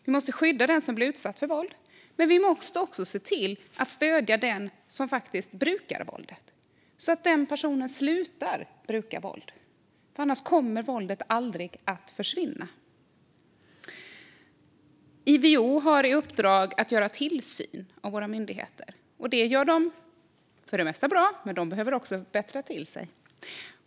Vi måste skydda den som blir utsatt för våld, men vi måste också se till att stödja den som faktiskt brukar våld så att den personen slutar bruka våld. Annars kommer våldet aldrig att försvinna. IVO har i uppdrag att utöva tillsyn av våra myndigheter. Det gör de för det mesta bra, men de behöver också bättra sig.